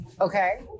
Okay